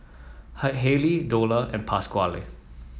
hi Haley Dola and Pasquale